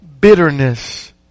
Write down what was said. bitterness